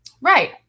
Right